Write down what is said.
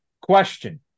Question